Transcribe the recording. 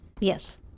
Yes